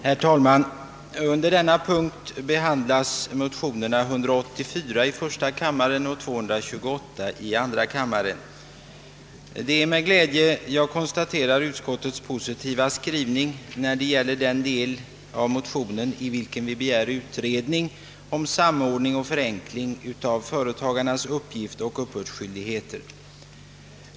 Herr talman! Under denna punkt behandlas motionerna 184 i första kammaren och 228 i andra kammaren. Det är med glädje jag konstaterar utskottets positiva skrivning när det gäller den del av motionen i vilken vi begär utredning om samordning och förenkling av företagarnas uppgiftsoch uppbördsskyldigheter.